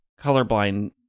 colorblind